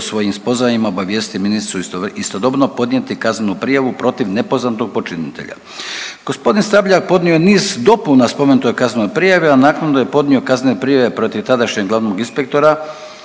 svojim spoznajama obavijestiti ministricu i istodobno podnijeti kaznenu prijavu protiv nepoznatog počinitelja. Gospodin Sabljak podnio je niz dopuna spomenutoj kaznenoj prijavi, a naknadno je podnio kaznene prijave protiv tadašnjeg glavnog inspektora